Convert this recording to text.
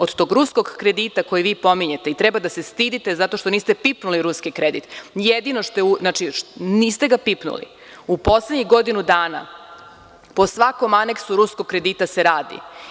Od tog ruskog kredita koji vi pominjete, i treba da se stidite zato što niste pipnuli ruski kredit, znači, niste ga pipnuli, u poslednjih godinu dana po svakom aneksu ruskog kredita se radi.